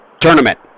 Tournament